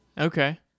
Okay